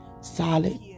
solid